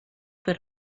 per